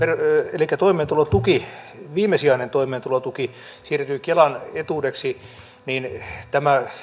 elikkä viimesijainen toimeentulotuki siirtyy kelan etuudeksi niin tämä